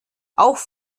auch